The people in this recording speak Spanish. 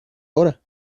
hora